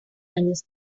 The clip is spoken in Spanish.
años